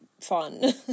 fun